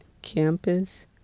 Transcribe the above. campus